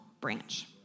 branch